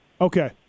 Okay